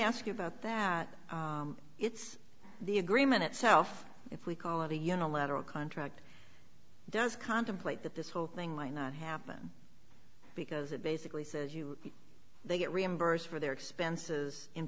ask you about that it's the agreement itself if we call it a unilateral contract does contemplate that this whole thing might not happen because it basically says they get reimbursed for their expenses in